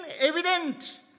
evident